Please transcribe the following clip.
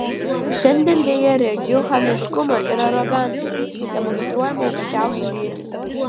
šiandien deja regiu chamiškumą ir aroganciją demonstruojamą aukščiausiu lygiu